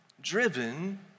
driven